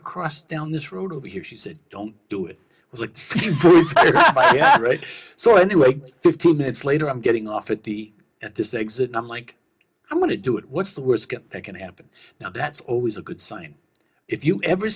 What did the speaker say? across down this road over here she said don't do it was a right so anyway fifteen minutes later i'm getting off at the at this exit i'm like i'm going to do it what's the worst that can happen now that's always a good sign if you ever